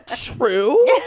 true